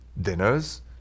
Dinners